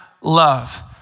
love